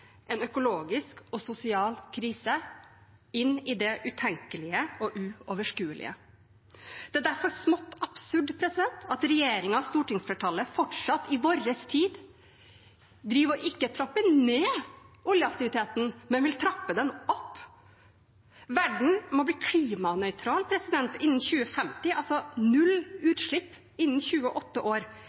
en økologisk og sosial krise inn i det utenkelige og uoverskuelige. Det er derfor smått absurd at regjeringen og stortingsflertallet fortsatt i vår tid ikke driver med å trappe ned oljeaktiviteten, men vil trappe den opp. Verden må bli klimanøytral innen 2050, altså null utslipp innen 28 år.